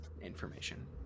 information